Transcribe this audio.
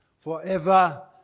forever